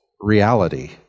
reality